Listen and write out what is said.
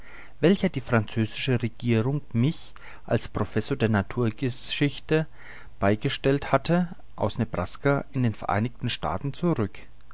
welcher die französische regierung mich als professor der naturgeschichte beigesellt hatte aus nebraska in den vereinigten staaten zurück